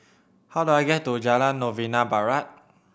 how do I get to Jalan Novena Barat